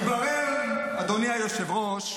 הביאו אותנו לכניעה אחר כניעה,